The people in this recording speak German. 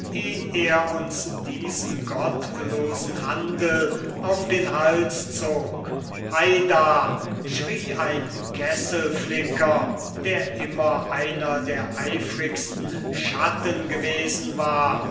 er uns diesen gottlosen handel auf den hals zog heida schrie ein kesselflicker der immer einer der eifrigsten schatten gewesen war